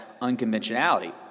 unconventionality